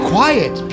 Quiet